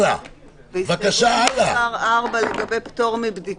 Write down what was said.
הסתייגות מס' 4 לגבי פטור מבדיקה